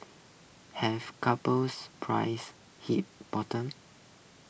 have couple prices hit bottom